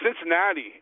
Cincinnati